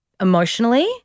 Emotionally